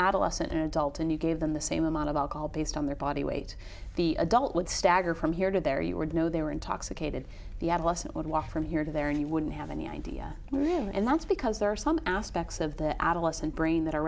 adolescent and adult and you gave them the same amount of alcohol based on their body weight the adult would stagger from here to there you would know they were intoxicated the adolescent would walk from here to there and you wouldn't have any idea and that's because there are some aspects of the adolescent brain that are